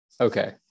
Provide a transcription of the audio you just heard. okay